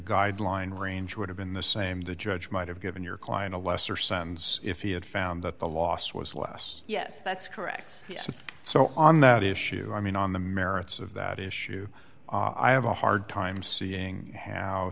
guideline range would have been the same the judge might have given your client a lesser sentence if he had found that the loss was less yes that's correct and so on that issue i mean on the merits of that issue i have a hard time seeing h